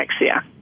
anorexia